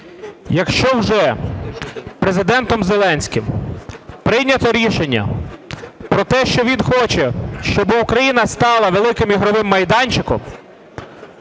якщо вже Президентом Зеленським прийнято рішення про те, що він хоче, щоби Україна стала великим ігровим майданчиком,